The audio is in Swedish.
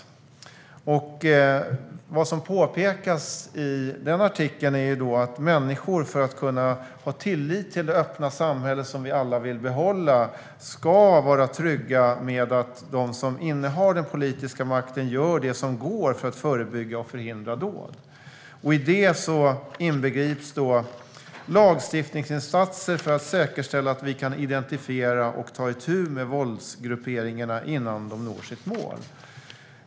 Det som påpekas i artikeln är att människor för att kunna ha tillit till den öppna samhälle som vi alla vill behålla ska vara trygga med att de som innehar den politiska makten gör det som går för att förebygga och förhindra dåd. I detta inbegrips lagstiftningsinsatser för att säkerställa att vi kan identifiera och ta itu med våldsgrupperingarna innan de når sitt mål.